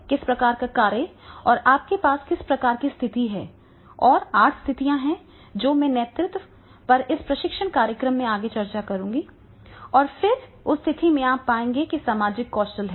किस प्रकार का कार्य और आपके पास किस प्रकार की स्थिति है और 8 स्थितियां हैं जो मैं नेतृत्व पर इस प्रशिक्षण कार्यक्रम में आगे चर्चा करूंगा और फिर उस स्थिति में आप पाएंगे कि सामाजिक कौशल हैं